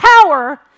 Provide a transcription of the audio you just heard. power